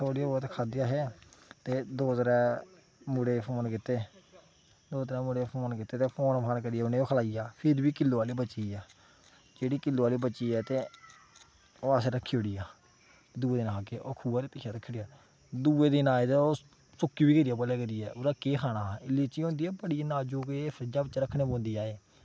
थोह्ड़ियां होर खाद्धियां अहें ते दो त्रै मुड़े ई फोन कीते दो त्रै मुड़े ई फोन कीते ते ते फोन फान करियै उ'नेंई खलाइयै फिर बी किल्लो हारियां बची गेइयां जेह्ड़ी किल्लो हारियां बची गेइयां ते ओह् अहें रक्खी उड़ियां दूए दिन खाह्गे ओह् खुऐ दे पिच्छै रक्खी ओड़ियां दूए दिन आए ते ओह् सुक्की बी गेदियां भलेआं करियै ओह्दा केह् खाना हा एह् लीची होंदी ऐ बड़ी नाजक एह् फ्रिज्जै बिच्च रक्खनी पौंदी ऐ एह्